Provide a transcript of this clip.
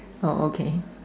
orh okay